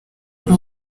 uri